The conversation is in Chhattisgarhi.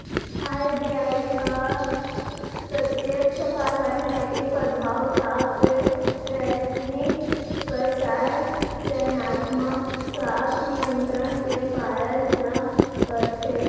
आर.बी.आई ह प्रत्यक्छ कारवाही, नैतिक परभाव, साख के रासनिंग, परचार, चयनात्मक साख नियंत्रन के कारज ल करथे